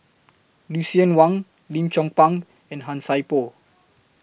Lucien Wang Lim Chong Pang and Han Sai Por